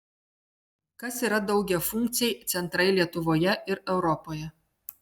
kas yra daugiafunkciai centrai lietuvoje ir europoje